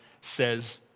says